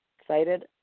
excited